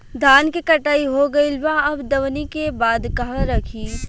धान के कटाई हो गइल बा अब दवनि के बाद कहवा रखी?